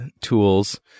tools